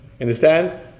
Understand